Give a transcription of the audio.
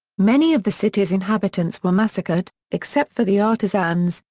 many of the city's inhabitants were massacred, except for the artisans,